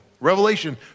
Revelation